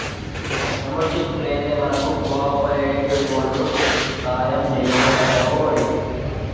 membership లేందే మనకు కోఆపరేటివోల్లు సాయంజెయ్యరటరోయ్